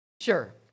Sure